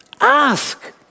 Ask